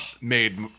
made